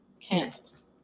Kansas